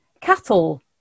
cattle